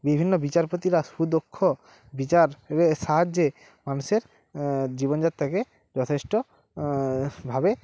বিভিন্ন বিচারপতিরা সুদক্ষ বিচারের সাহায্যে মানুষের জীবনযাত্রাকে যথেষ্ট ভাবে